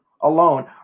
alone